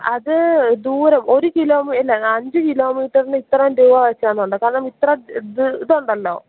അത് ദൂരം ഒര് കിലോ ഇല്ല അഞ്ച് കിലോമീറ്ററിന് ഇത്രയും രൂപ വെച്ചാണെന്നുള്ള കാരണം ഇത്ര ഇത് ഇതുണ്ടല്ലൊ